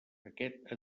aquest